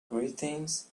greetings